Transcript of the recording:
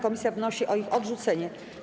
Komisja wnosi o ich odrzucenie.